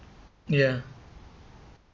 ya